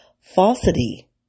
falsity